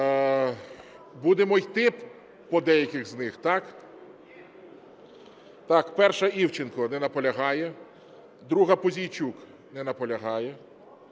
Будемо йти по деяких з них, так? Так, 1-а. Івченко. Не наполягає. 2-а, Пузійчук. Не наполягає.